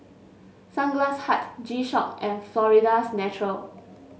Sunglass Hut G Shock and Florida's Natural